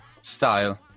style